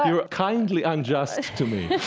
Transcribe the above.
you're kindly unjust to me.